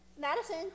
Madison